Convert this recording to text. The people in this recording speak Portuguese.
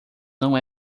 não